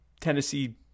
Tennessee